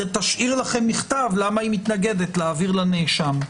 שתשאיר לכם מכתב למה היא מתנגדת להעביר לנאשם.